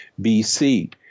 bc